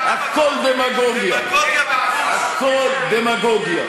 הכול דמגוגיה, הכול דמגוגיה.